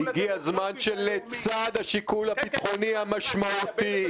הגיע הזמן שלצד השיקול הביטחוני המשמעותי,